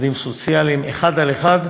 עובדים סוציאליים, אחד על אחד,